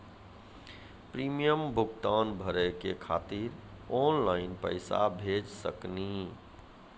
Premium भुगतान भरे के खातिर ऑनलाइन पैसा भेज सकनी?